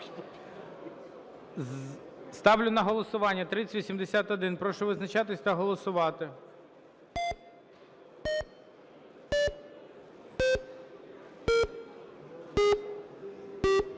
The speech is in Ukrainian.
Ставлю на голосування правку 82. Прошу визначатись та голосувати.